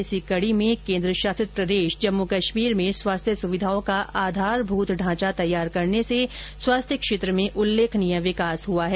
इसी कड़ी में केन्द्र शासित प्रदेश जम्मू कश्मीर में स्वास्थ्य सुविधाओं का आधारभूत ढांचा तैयार करने से स्वास्थ्य क्षेत्र में उल्लेखनीय विकास हुआ है